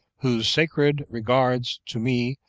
whose sacred regards to me,